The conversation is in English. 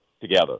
together